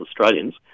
Australians